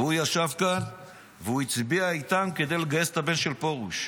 והוא ישב כאן והוא הצביע איתם כדי לגייס את הבן של פרוש.